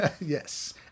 Yes